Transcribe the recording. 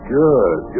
good